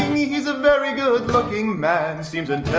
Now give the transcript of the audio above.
he's a very good-looking man, seems and